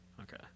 Okay